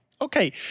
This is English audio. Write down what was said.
Okay